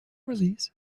release